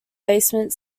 basement